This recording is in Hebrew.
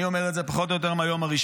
אני אומר את זה פחות או יותר מהיום הראשון,